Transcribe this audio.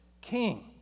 king